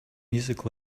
music